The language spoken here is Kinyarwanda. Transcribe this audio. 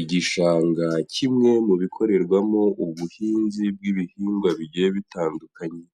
Igishanga kimwe mu bikorerwamo ubuhinzi bw'ibihingwa bigiye bitandukanye